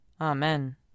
Amen